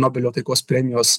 nobelio taikos premijos